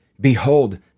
behold